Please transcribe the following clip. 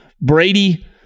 Brady